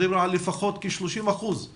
דיברו על כך שלפחות 30 אחוזים